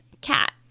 cat